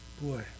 boy